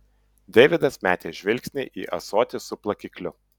deividas metė žvilgsnį į ąsotį su plakikliu